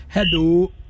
Hello